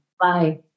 Bye